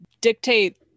dictate